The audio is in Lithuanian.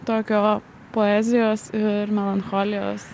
tokio poezijos ir melancholijos